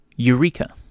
Eureka